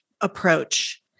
approach